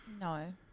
No